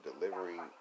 delivering